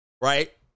Right